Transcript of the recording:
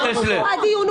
ודרוזים ובדואים?